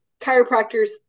chiropractors